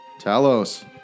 Talos